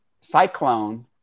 cyclone